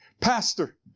Pastor